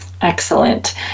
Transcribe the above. Excellent